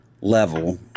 level